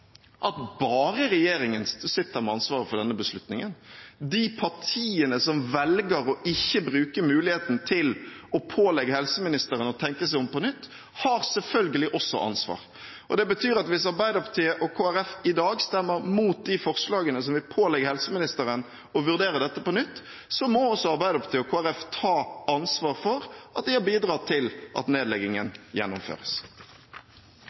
at bare regjeringen sitter med ansvaret for denne beslutningen. De partiene som velger å ikke bruke muligheten til å pålegge helseministeren å tenke seg om på nytt, har selvfølgelig også ansvar. Det betyr at hvis Arbeiderpartiet og Kristelig Folkeparti i dag stemmer imot de forslagene som vil pålegge helseministeren å vurdere dette på nytt, må også Arbeiderpartiet og Kristelig Folkeparti ta ansvar for at de har bidratt til at